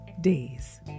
days